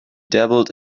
dabbled